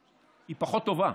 היא פחות טובה.